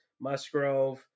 Musgrove